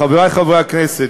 חברי חברי הכנסת,